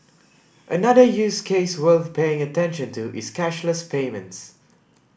another use case worth paying attention to is cashless payments